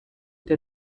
der